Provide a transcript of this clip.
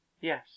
Yes